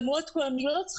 למרות כל המגבלות,